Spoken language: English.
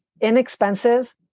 inexpensive